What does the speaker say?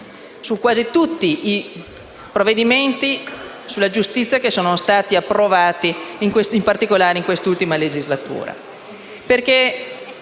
su quasi tutti i provvedimenti sulla giustizia approvati, in particolare, in quest'ultima legislatura.